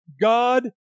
God